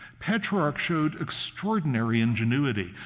petrarch showed extraordinary ingenuity,